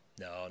no